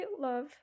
love